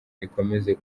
ikomeze